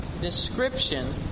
description